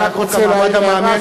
אני רק רוצה להעיר הערה,